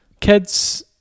Kids